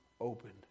opened